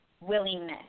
willingness